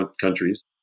countries